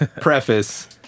preface